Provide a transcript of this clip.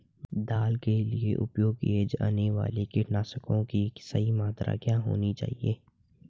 दाल के लिए उपयोग किए जाने वाले कीटनाशकों की सही मात्रा क्या होनी चाहिए?